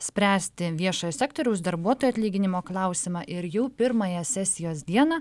spręsti viešojo sektoriaus darbuotojų atlyginimo klausimą ir jau pirmąją sesijos dieną